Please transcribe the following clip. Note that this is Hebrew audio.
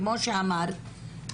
כמו שאמרת,